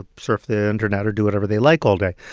ah surf the internet or do whatever they like all day.